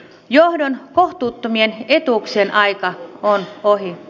johdon kohtuuttomien etuuksien aika on ohi